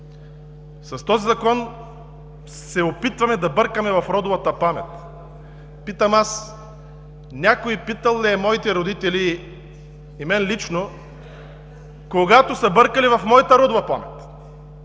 с този Закон се опитваме да бъркаме в родовата памет. Питам аз: някой питал ли е моите родители и мен лично, когато са бъркали в моята родова памет,